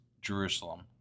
Jerusalem